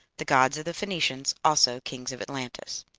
the gods of the phoenicians also kings of atlantis.